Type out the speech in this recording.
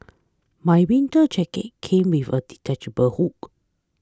my winter jacket came with a detachable hook